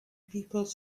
people